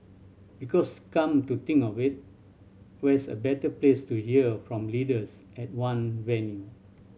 because come to think a where's a better place to hear from leaders at one venue